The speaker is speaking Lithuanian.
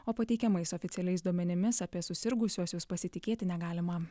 o pateikiamais oficialiais duomenimis apie susirgusiuosius pasitikėti negalima